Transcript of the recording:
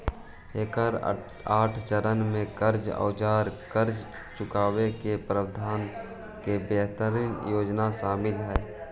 एकर आठ चरण में कर्ज औउर कर्ज चुकावे के प्रबंधन के बेहतरीन योजना शामिल हई